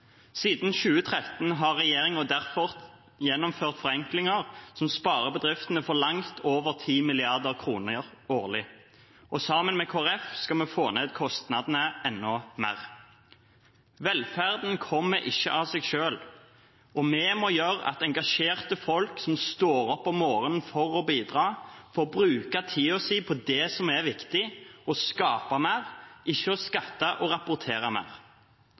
Siden 2013 har regjeringen derfor gjennomført forenklinger som årlig sparer bedriftene for langt over 10 mrd. kr. Sammen med Kristelig Folkeparti skal vi få ned kostnadene enda mer. Velferden kommer ikke av seg selv, og vi må gjøre at engasjerte folk som står opp om morgenen for å bidra, får bruke tiden sin på det som er viktig: å skape mer, ikke å skatte og rapportere mer.